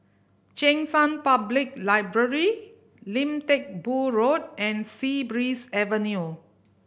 Cheng San Public Library Lim Teck Boo Road and Sea Breeze Avenue